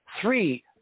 three